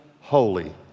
holy